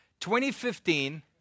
2015